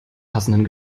passenden